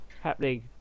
happening